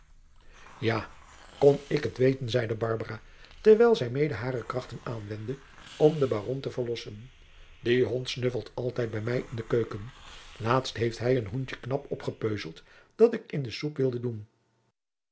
ja kon ik het weten zeide barbara terwijl zij mede hare krachten aanwendde om den baron te verlossen die hond snuffelt altijd bij mij in de keuken laatst heeft hij een hoentje knap opgepeuzeld dat ik in de soep wilde doen